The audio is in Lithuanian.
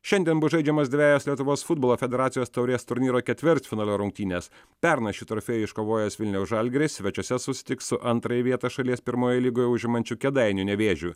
šiandien bus žaidžiamos dvejos lietuvos futbolo federacijos taurės turnyro ketvirtfinalio rungtynės pernai šį trofėjų iškovojęs vilniaus žalgiris svečiuose susitiks su antrąja vietą šalies pirmojoje lygoje užimančiu kėdainių nevėžiu